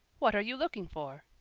what are you looking for?